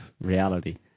reality